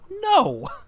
No